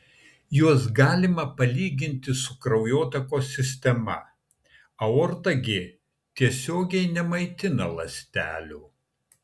juos galima palyginti su kraujotakos sistema aorta gi tiesiogiai nemaitina ląstelių